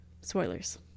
spoilers